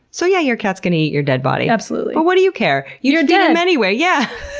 so yeah, your cat's gonna eat your dead body. absolutely. but what do you care? you're dead anyway! yeah.